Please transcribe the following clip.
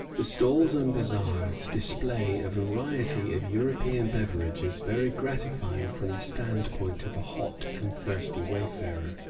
the stalls and bazaars display a variety of european beverages very gratifying from the stand-point of a hot and thirsty wayfarer,